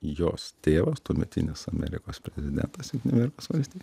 jos tėvas tuometinis amerikos prezidentas jungtinių amerikos valstijų